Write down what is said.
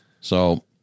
So-